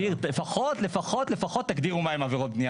לפחות תגדירו מה הן עבירות בנייה